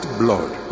blood